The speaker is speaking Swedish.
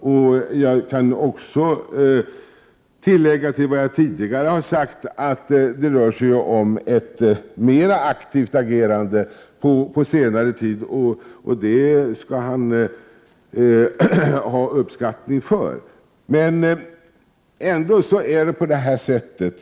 Och jag kan också tillägga att det rör sig om ett mer aktivt agerande på senare tid, vilket utrikesministern skall ha uppskattning för.